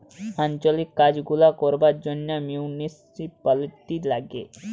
আঞ্চলিক কাজ গুলা করবার জন্যে মিউনিসিপালিটি লাগে